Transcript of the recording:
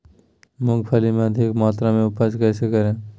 मूंगफली के अधिक मात्रा मे उपज कैसे करें?